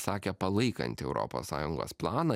sakė palaikanti europos sąjungos planą